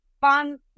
fun